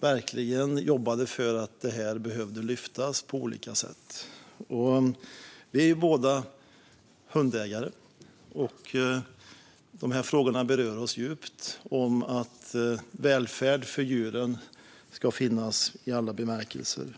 verkligen jobbade för att det här ska lyftas på olika sätt. Vi är båda hundägare och berörs djupt av frågorna om att välfärd för djuren ska finnas i alla bemärkelser.